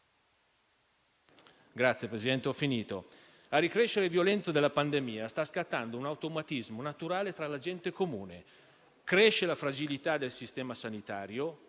Signor Presidente, ho finito. Al ricrescere violento della pandemia sta scattando un automatismo naturale tra la gente comune: cresce la fragilità del sistema sanitario,